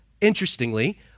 Interestingly